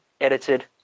edited